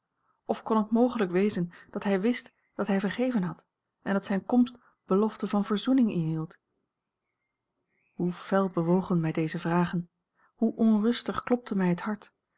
of kon het mogelijk wezen dat hij wist dat hij vergeven had en dat zijne komst belofte van verzoening inhield hoe fel bewogen mij deze vragen hoe onrustig klopte mij het hart